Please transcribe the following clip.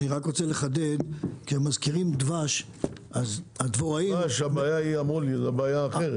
אני רוצה לחדד, כשמזכירים דבש- -- זו בעיה אחרת.